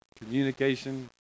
communication